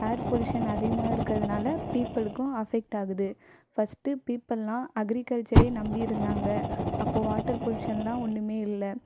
ஏர் pollution அதிகமாக இருக்கறதுனால பீப்புலுக்கும் அஃபெக்ட் ஆகுது ஃபஸ்ட்டு பீப்புலாம் அக்ரிகல்ச்சரே நம்பி இருந்தாங்க அப்போது வாட்டர் பொல்யூஷன்லாம் ஒன்றுமே இல்லை